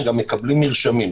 הם גם מקבלים מרשמים.